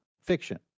Fiction